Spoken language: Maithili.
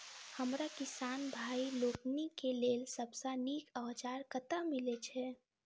हमरा किसान भाई लोकनि केँ लेल सबसँ नीक औजार कतह मिलै छै?